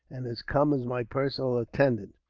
and has come as my personal attendant.